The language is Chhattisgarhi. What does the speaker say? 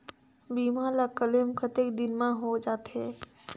बीमा ला क्लेम कतेक दिन मां हों जाथे?